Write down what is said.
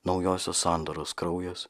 naujosios sandoros kraujas